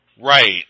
Right